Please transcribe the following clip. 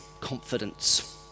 confidence